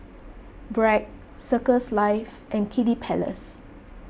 Bragg Circles Life and Kiddy Palace